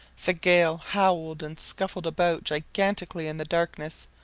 the gale howled and scuffled about gigantically in the darkness,